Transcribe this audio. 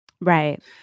Right